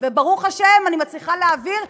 וברוך השם אני מצליחה להעביר,